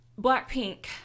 Blackpink